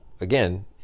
again